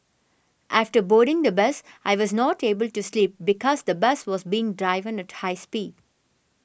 after boarding the bus I was not able to sleep because the bus was being driven at high speed